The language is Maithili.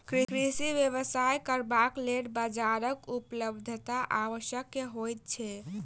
कृषि व्यवसाय करबाक लेल बाजारक उपलब्धता आवश्यक होइत छै